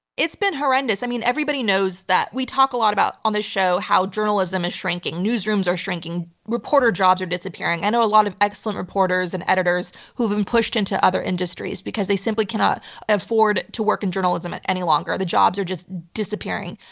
it's been horrendous. i mean, everybody knows that we talk a lot about on this show how journalism is shrinking, newsrooms are shrinking, reporter jobs are disappearing. i know a lot of excellent reporters and editors who have been pushed into other industries because they simply cannot afford to work in journalism any longer. the jobs are just disappearing.